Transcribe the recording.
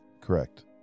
Correct